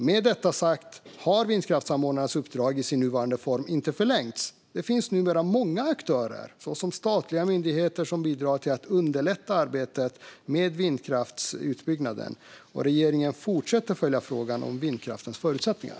Med detta sagt har vindkraftssamordnarnas uppdrag i sin nuvarande form inte förlängts. Det finns numera många aktörer, såsom statliga myndigheter, som bidrar till att underlätta arbetet med vindkraftsutbyggnaden. Regeringen fortsätter att följa frågan om vindkraftens förutsättningar.